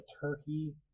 turkey